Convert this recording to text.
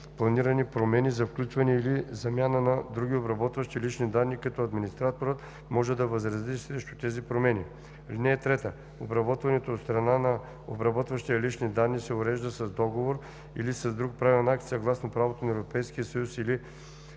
планирани промени за включване или замяна на други обработващи лични данни, като администраторът може да възрази срещу тези промени. (3) Обработването от страна на обработващия лични данни се урежда с договор или с друг правен акт съгласно правото на Европейския съюз или